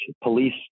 police